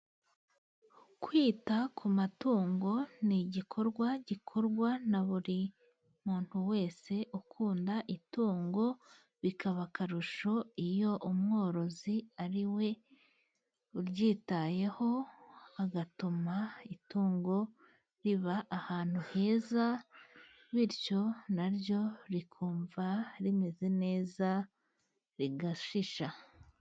Kwita ku matungo ni igikorwa gikorwa na buri muntu wese ukunda itungo, bikaba akarusho iyo umworozi ari we uryitayeho, agatuma itungo riba ahantu heza, bityo na ryo rikumva rimeze neza rigashisha.